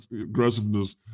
aggressiveness